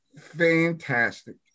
fantastic